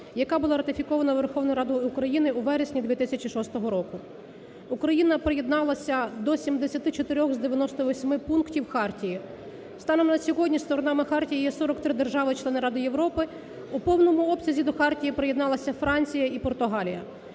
яка була ратифікована Верховною Радою України у вересні 2006 року. Україна приєдналася до 74-х з 98 пунктів хартії. Станом на сьогодні сторонами хартії є 43 держави-члени Ради Європи, у повному обсязі до хартії приєдналася Франція і Португалія.